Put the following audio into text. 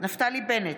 נפתלי בנט,